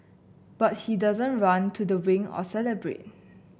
but he doesn't run to the wing or celebrate